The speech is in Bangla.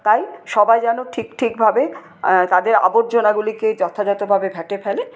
তাই সবাই যেনো ঠিক ঠিক ভাবে তাদের আবর্জনাগুলিকে যথাযথভাবে ভ্যাটে ফেলে